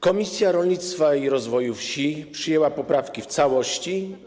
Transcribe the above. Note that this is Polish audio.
Komisja Rolnictwa i Rozwoju Wsi przyjęła więc poprawki w całości.